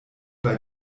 bei